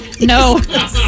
No